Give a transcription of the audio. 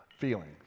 Feeling